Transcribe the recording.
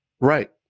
Right